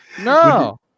no